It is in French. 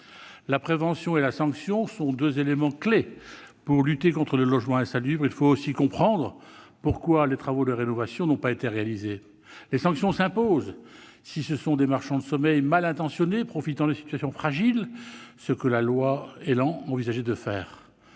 La prévention et la sanction sont deux éléments clés pour lutter contre le logement insalubre. Il faut aussi comprendre pourquoi les travaux de rénovation n'ont pas été réalisés. Les sanctions s'imposent si l'on fait face à des marchands de sommeil mal intentionnés, profitant de situations fragiles, ce que la loi ÉLAN envisageait de faire.